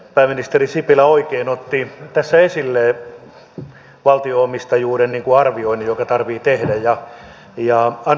pääministeri sipilä oikein otti tässä esille valtionomistajuuden arvioinnin joka tarvitsee tehdä